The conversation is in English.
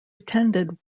attended